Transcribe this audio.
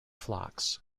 flocks